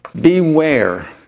Beware